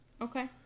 Okay